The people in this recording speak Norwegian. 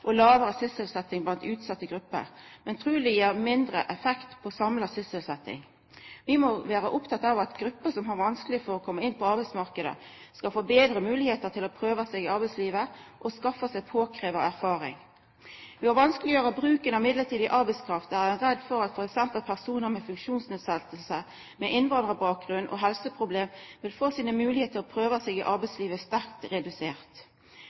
og lågare sysselsetjing blant utsette grupper, men truleg mindre effekt på samla sysselsetjing. Vi må vera opptekne av at grupper som har vanskeleg for å koma inn på arbeidsmarknaden, skal få betre moglegheiter til å prøva seg i arbeidslivet og skaffa seg påkravd erfaring. Ved å vanskeleggjera bruken av midlertidig arbeidskraft er ein redd for at f.eks. personar med funksjonsnedsetjing, innvandrarbakgrunn og helseproblem vil få sine moglegheiter til å prøva seg i arbeidslivet sterkt redusert.